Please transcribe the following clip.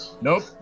Nope